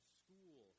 school